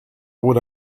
would